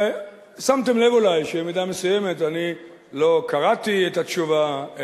ושמתם לב אולי שבמידה מסוימת אני לא קראתי את התשובה,